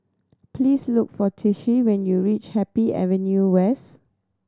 please look for Tishie when you reach Happy Avenue West